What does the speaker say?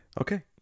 Okay